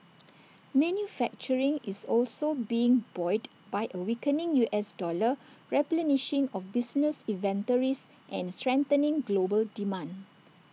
manufacturing is also being buoyed by A weakening U S dollar replenishing of business inventories and strengthening global demand